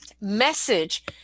message